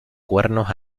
cuernos